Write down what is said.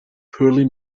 poorly